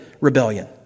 rebellion